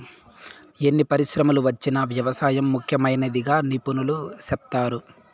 ఎన్ని పరిశ్రమలు వచ్చినా వ్యవసాయం ముఖ్యమైనదిగా నిపుణులు సెప్తారు